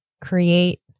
create